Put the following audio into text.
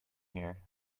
here